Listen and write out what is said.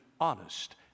honest